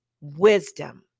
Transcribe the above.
wisdom